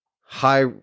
high